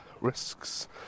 risks